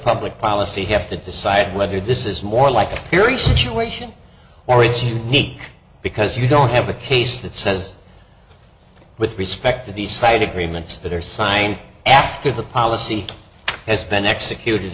public policy have to decide whether this is more like theory situation or it's unique because you don't have a case that says with respect to these side agreements that are signed after the policy has been executed